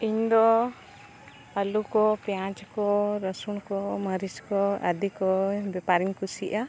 ᱤᱧ ᱫᱚ ᱟᱹᱞᱩ ᱠᱚ ᱯᱮᱸᱭᱟᱡᱽ ᱠᱚ ᱨᱟᱹᱥᱩᱱ ᱠᱚ ᱢᱟᱹᱨᱤᱪ ᱠᱚ ᱟᱹᱰᱤ ᱠᱚ ᱵᱮᱯᱟᱨᱤᱧ ᱠᱩᱥᱤᱭᱟᱜᱼᱟ